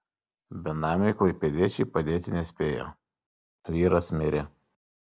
benamiui klaipėdiečiai padėti nespėjo vyras mirė